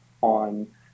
on